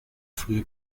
frühe